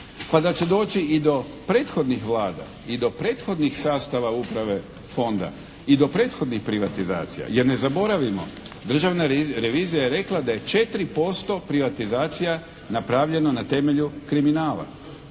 pa da će doći i do prethodnih Vlada i do prethodnih sastava Uprave Fonda i do prethodnih privatizacije. Jer ne zaboravimo, Državna revizija je rekla da je 4% privatizacija napravljeno na temelju kriminala.